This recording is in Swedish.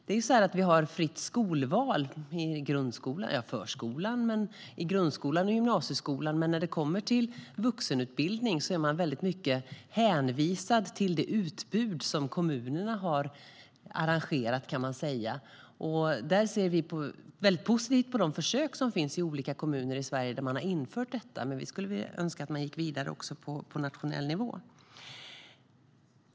Vi har ju ett fritt skolval i förskolan, grundskolan och gymnasieskolan, men när det kommer till vuxenutbildning är man väldigt mycket hänvisad till det utbud som kommunerna har arrangerat. Vi ser positivt på de försök som finns i olika kommuner i Sverige där man har infört detta och skulle önska att man gick vidare också på nationell nivå.